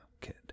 kid